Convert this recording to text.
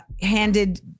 handed